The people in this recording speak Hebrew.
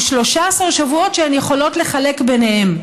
ו-13 שבועות שהן יכולות לחלק ביניהן,